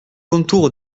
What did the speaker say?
contour